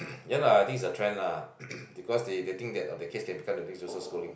ya lah I think it's a trend lah because they they think their all kids can become the next Joseph-Schooling